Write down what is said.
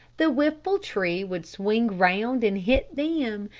the whiffle-tree would swing round and hit them,